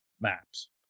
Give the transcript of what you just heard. maps